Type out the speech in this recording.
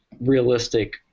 realistic